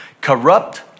corrupt